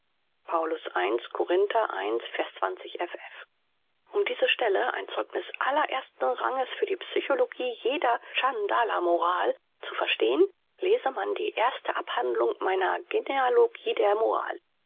um diese stelle ein zeugniß allerersten ranges für die psychologie jeder tschandala moral zu verstehn lese man die erste abhandlung meiner genealogie der moral